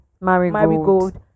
Marigold